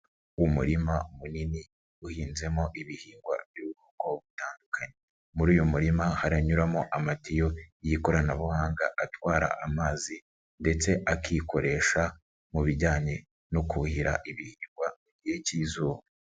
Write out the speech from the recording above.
Umurima munini, uhinzemo ibihingwa by'ubwoko butandukanye, muri uyu murima haranyuramo amatiyo y'ikoranabuhanga atwara amazi ndetse akikoresha mu bijyanye no kuhira ibihingwa mu gihe cy'izuba.